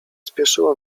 spieszyło